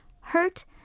Hurt